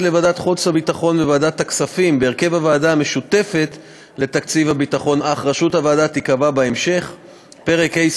אלה נשארים בוועדת הכנסת לשם קביעת הוועדות שידונו בהם: (1) פרק ה',